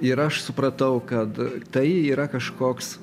ir aš supratau kad tai yra kažkoks